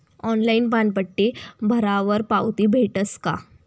Online पानपट्टी भरावर पावती भेटस का?